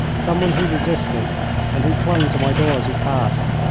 someone who resisted and who clung to my door as he passed.